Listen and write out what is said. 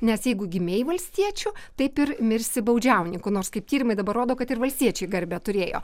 nes jeigu gimei valstiečiu taip ir mirsi baudžiauninku nors kaip tyrimai dabar rodo kad ir valstiečiai garbę turėjo